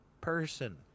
person